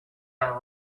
and